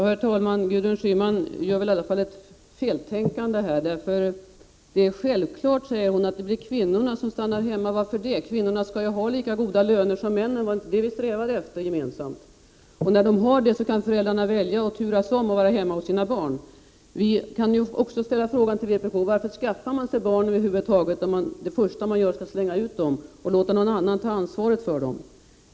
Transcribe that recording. Herr talman! Gudrun Schyman tänker väl i alla fall fel. Det är självklart, säger hon, att det är kvinnorna som stannar hemma. Varför det? Kvinnorna skall ju ha lika goda löner som männen. Var det inte det som vi strävade efter gemensamt? När de har det, kan föräldrarna turas om att vara hemma hos sina barn. Jag kan också ställa en fråga till vpk: Varför skaffar man sig barn över huvud taget, om det första man gör är att slänga ut dem och låta någon annan ta ansvaret för dem?